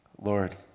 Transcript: Lord